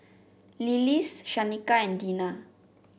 Lillis Shanika and Dina